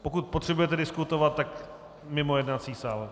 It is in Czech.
Pokud potřebujete diskutovat, tak mimo jednací sál.